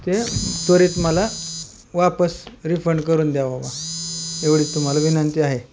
ते त्वरीत मला वापस रिफंड करून द्या बाबा एवढी तुम्हाला विनंती आहे